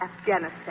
Afghanistan